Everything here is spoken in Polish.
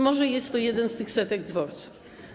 Może jest to jeden z tych setek dworców?